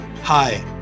Hi